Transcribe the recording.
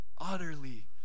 Utterly